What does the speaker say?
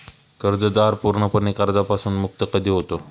कर्जदार पूर्णपणे कर्जापासून मुक्त कधी होतो?